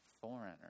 foreigner